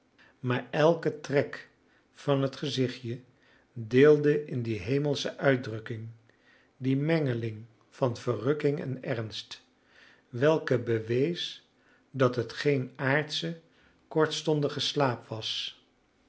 maar elke trek van het gezichtje deelde in die hemelsche uitdrukking die mengeling van verrukking en ernst welke bewees dat het geen aardsche kortstondige slaap was